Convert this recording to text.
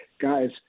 guys